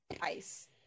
ice